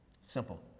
Simple